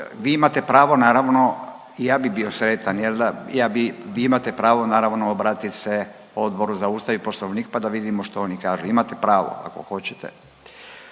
vi imate pravo naravno i ja bi bio sretan jel da, ja bi, vi imate pravo naravno obratiti se Odboru za Ustav i Poslovnik pa da vidimo što oni kažu. Imate pravo ako hoćete.